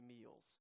meals